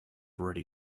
already